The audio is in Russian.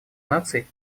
наций